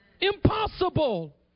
Impossible